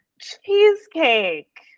Cheesecake